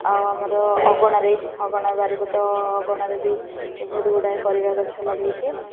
ଆଉ ଆମର ଅଗଣାରେ ଅଗଣା ବାରିପଟ ଅଗଣାରେ ବି ବହୁତଗୁଡ଼ାଏ ପରିବା ଗଛ ଲଗେଇଛି